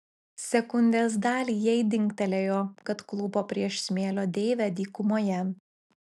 sekundės dalį jai dingtelėjo kad klūpo prieš smėlio deivę dykumoje